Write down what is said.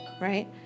right